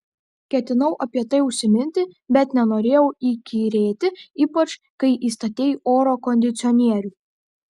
ketinau apie tai užsiminti bet nenorėjau įkyrėti ypač kai įstatei oro kondicionierių